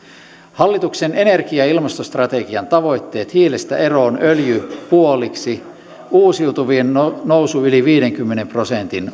hallituksen energia ja ilmastostrategian tavoitteet hiilestä eroon öljy puoliksi uusiutuvien nousu yli viidenkymmenen prosentin